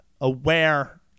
aware